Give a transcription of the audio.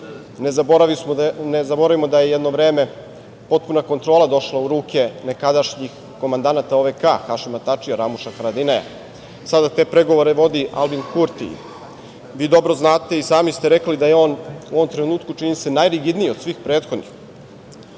Nezaboravimo da je jedno vreme potpuna kontrola došla u ruke nekadašnjih komandanata OVK, Hašima Tačija, Ramuša Haradinaja. Sada te pregovore vodi Albin Kurti. Dobro znate i sami ste rekli da je on u ovom trenutku čini se, najrigidniji od svih prethodnih,